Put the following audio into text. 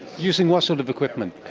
using what sort of equipment?